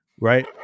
right